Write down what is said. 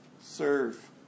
serve